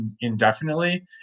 indefinitely